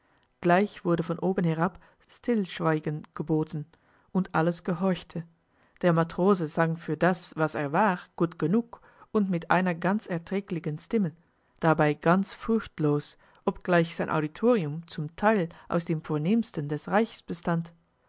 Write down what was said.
gleich wurde von oben herab stillschweigen geboten und alles gehorchte der matrose sang für das was er war gut genug und mit einer ganz erträglichen stimme dabei ganz furchtlos obgleich sein auditorium zum teil aus den vornehmsten des reichs bestand